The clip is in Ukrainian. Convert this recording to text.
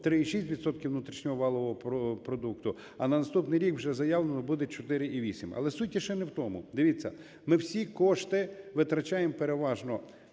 внутрішнього валового продукту, а на наступний рік вже заявлено, буде 4,8. Але суть іще не в тому. Дивіться, ми всі кошти витрачаємо переважно